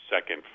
second